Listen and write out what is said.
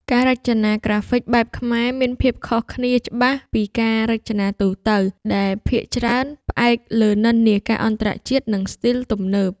ការរចនាក្រាហ្វិកបែបខ្មែរមានភាពខុសគ្នាច្បាស់ពីការរចនាទូទៅ ដែលភាគច្រើនផ្អែកលើនិន្នាការអន្តរជាតិ និងស្ទីលទំនើប